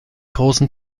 großen